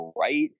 right